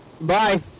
bye